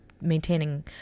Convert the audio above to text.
maintaining